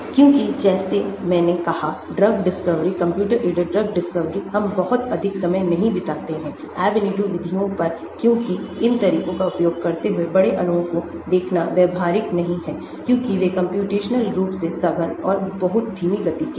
क्योंकि जैसे मैंने कहा drug discovery computer aided drug discovery हम बहुत अधिक समय नहीं बिताते हैं Ab initio विधियों पर क्योंकि इन तरीकों का उपयोग करते हुए बड़े अणुओं को देखना व्यावहारिक नहीं है क्योंकि वे कम्प्यूटेशनल रूप से सघन और बहुत धीमी गति के हैं